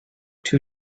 too